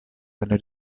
delle